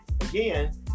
again